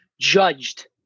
judged